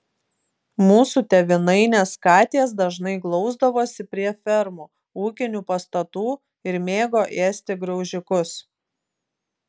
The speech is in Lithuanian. mūsų tėvynainės katės dažnai glausdavosi prie fermų ūkinių pastatų ir mėgo ėsti graužikus